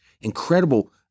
incredible